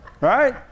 right